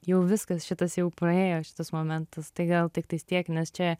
jau viskas šitas jau praėjo šitas momentas tai gal tiktais tiek nes čia